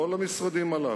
כל המשרדים הללו,